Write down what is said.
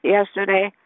Yesterday